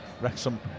Wrexham